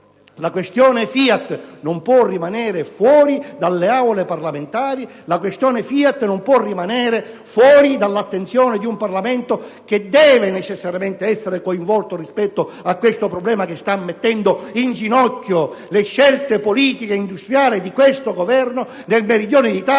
La questione FIAT quindi non può rimanere fuori dalle Aule parlamentari. La questione FIAT non può rimanere fuori dall'attenzione di un Parlamento che deve necessariamente essere coinvolto da un problema che sta mettendo in ginocchio le scelte politiche e industriali di questo Governo nel Meridione d'Italia